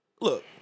Look